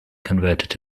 converted